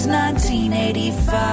1985